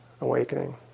awakening